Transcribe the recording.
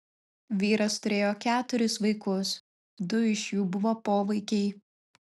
vyras turėjo keturis vaikus du iš jų buvo povaikiai